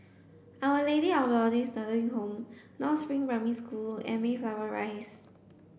our Lady of Lourdes Nursing Home North Spring Primary School and Mayflower Rise